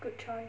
good choice